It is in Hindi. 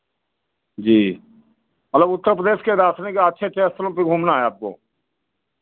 जी मतलब उत्तर प्रदेश के दार्शनिक अच्छे अच्छे स्थलों पे घूमना है आपको